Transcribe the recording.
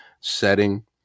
Setting